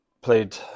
played